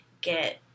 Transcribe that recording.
get